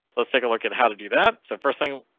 let's take a look at how to do that. so first thing.